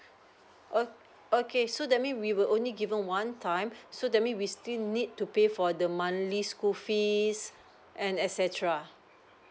ok~ okay so that mean we were only given one time so that mean we still need to pay for the monthly school fees and etcetera